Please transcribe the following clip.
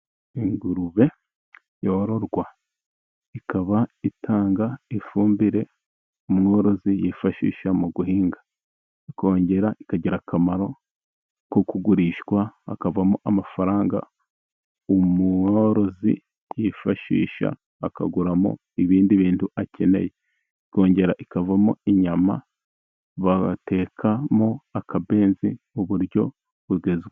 Ingurube yororwa ikaba itanga ifumbire umworozi yifashisha mu guhinga. Ikongera ikagira akamaro ko kugurishwa hakavamo amafaranga umworozi yifashisha akaguramo ibindi bintu akeneye. Ikongera ikavamo inyama batekamo akabenzi mu buryo bugezweho.